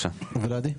הצבעה לא אושר.